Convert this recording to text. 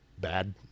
bad